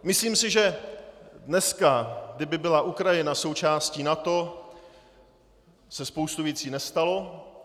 Myslím si, že dneska, kdyby byla Ukrajina součástí NATO, se spousta věcí nestala.